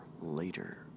later